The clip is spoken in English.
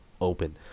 open